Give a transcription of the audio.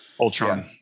ultron